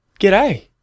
G'day